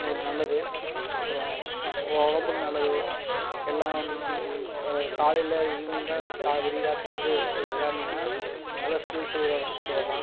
உங்களுக்கு நல்லது அப்பறம் உடம்புக்கு நல்லது எல்லாம் காலையில் ஈவ்னிங்கில் விடியக்காத்தலேருந்து விளாடுனீங்கனா நல்ல ஸ்கில்ஸ் வர கொண்டு வரலாம்